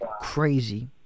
Crazy